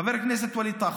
חבר הכנסת ווליד טאהא,